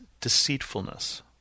deceitfulness